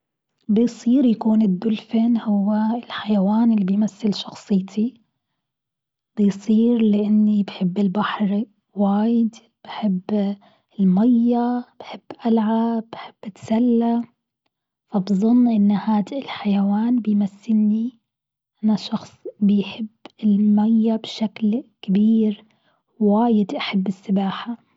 بصير يكون الدولفين هو الحيوان إللي بيمثل شخصيتي، بيصير لإني بحب البحر واجد بحب المية، بحب ألعب بحب أتسلى، فبظن أن هاد الحيوان بيمثلني، أنا شخص بيحب المية بشكل كبير، واجد أحب السباحة.